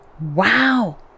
wow